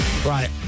Right